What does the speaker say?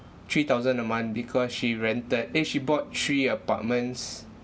three thousand a month because she rented eh she bought three apartments